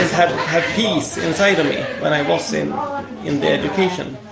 have peace inside me when i was in in the education